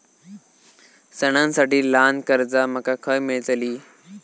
सणांसाठी ल्हान कर्जा माका खय मेळतली?